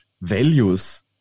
values